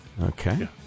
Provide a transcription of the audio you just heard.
Okay